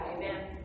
Amen